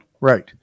Right